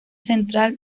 central